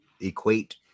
equate